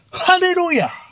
Hallelujah